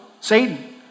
Satan